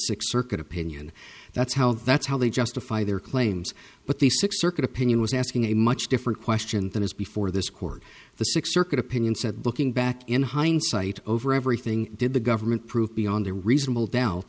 sixth circuit opinion that's how that's how they justify their claims but the sixth circuit opinion was asking a much different question that is before this court the sixth circuit opinion said looking back in hindsight over everything did the government prove beyond a reasonable doubt